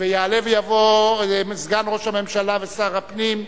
יעלה ויבוא סגן ראש הממשלה ושר הפנים,